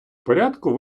порядку